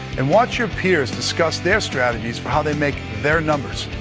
and watch your peers discuss their strategies for how they make their numbers.